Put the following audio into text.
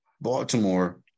Baltimore